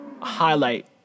highlight